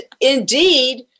indeed